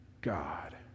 God